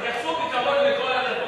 תתייחסו בכבוד לכל הדתות.